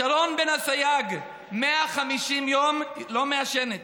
שרון בן אסייג, 150 יום לא מעשנת,